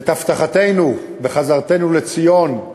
את חזרתנו לציון,